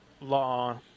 law